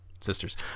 sisters